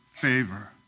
favor